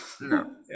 No